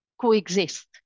coexist